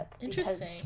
Interesting